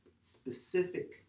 specific